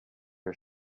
his